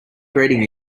greeting